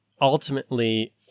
ultimately